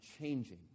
changing